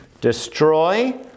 destroy